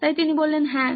তাই তিনি বললেন হ্যাঁ